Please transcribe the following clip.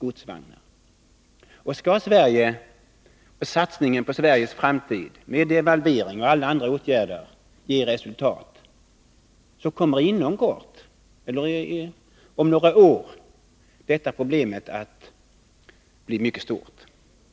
Och skall satsningen på Sveriges framtid, med devalve ringen och alla andra åtgärder, ge resultat, kommer inom kort eller om några år detta problem att blir mycket stort.